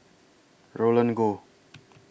Roland Goh